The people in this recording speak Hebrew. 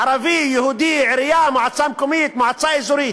ערבי, יהודי, עירייה, מועצה מקומית, מועצה אזורית,